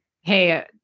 Hey